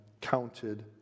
counted